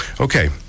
Okay